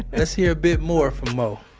let's hear a bit more from mo